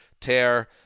tear